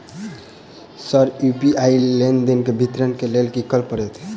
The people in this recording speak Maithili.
सर यु.पी.आई लेनदेन केँ विवरण केँ लेल की करऽ परतै?